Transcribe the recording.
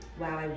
wow